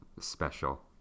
special